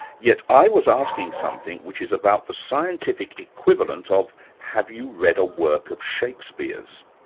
yet i was asking something which is about the scientific equivalent of have you read a work of shakespeare's?